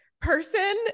person